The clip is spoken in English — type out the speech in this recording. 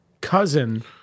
cousin